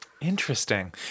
Interesting